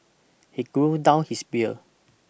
he grown down his beer